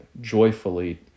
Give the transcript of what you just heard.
joyfully